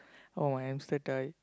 oh my hamster died